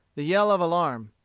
the yell of alarm.